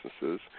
businesses